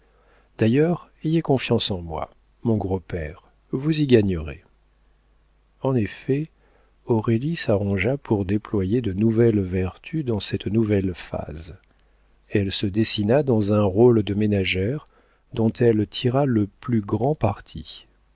d'ailleurs ayez confiance en moi mon gros père vous y gagnerez en effet aurélie s'arrangea pour déployer de nouvelles vertus dans cette nouvelle phase elle se dessina dans un rôle de ménagère dont elle tira le plus grand parti